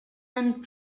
and